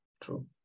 True